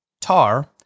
Tar